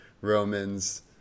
Romans